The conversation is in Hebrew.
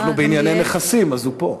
בענייני נכסים, אז הוא פה.